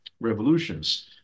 revolutions